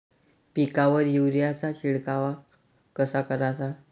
पिकावर युरीया चा शिडकाव कसा कराचा?